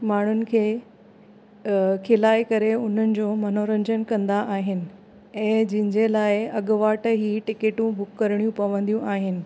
माण्हुनि खे खिलाए करे हुननि जो मनोरंजन कंदा आहिनि ऐं जिन जे लाइ अॻु वाटि ई टिकटूं बुक करणियूं पवंदियूं आहिनि